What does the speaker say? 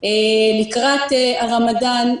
לקראת הרמדאן.